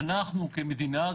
אנחנו כמדינה.